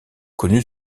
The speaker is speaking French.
connu